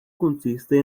consiste